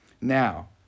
Now